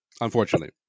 Unfortunately